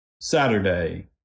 Saturday